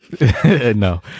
no